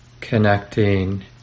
connecting